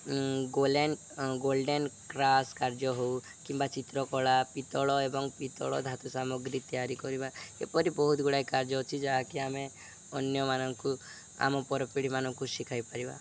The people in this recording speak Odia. ଗୋଲେନ୍ ଗୋଲ୍ଡେନ୍ କ୍ରାସ୍ କାର୍ଯ୍ୟ ହଉ କିମ୍ବା ଚିତ୍ରକଳା ପିତ୍ତଳ ଏବଂ ପିତ୍ତଳ ଧାତୁ ସାମଗ୍ରୀ ତିଆରି କରିବା ଏପରି ବହୁତ ଗୁଡ଼ାଏ କାର୍ଯ୍ୟ ଅଛି ଯାହାକି ଆମେ ଅନ୍ୟମାନଙ୍କୁ ଆମ ପରପିଢ଼ିମାନଙ୍କୁ ଶିଖାଇ ପାରିବା